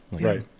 right